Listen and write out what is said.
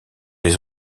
les